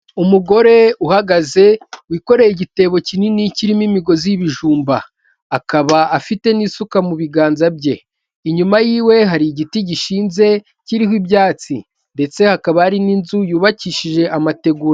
Umugore uhagaze wikoreye igitebo kinini kirimo imigozi y'ibijumba, akaba afite n'isuka mu biganza bye, inyuma yiwe hari igiti gishinze kiriho ibyatsi ndetse hakaba ari n'inzu yubakishije amategura.